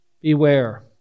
beware